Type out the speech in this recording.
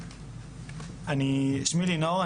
שמי לינור,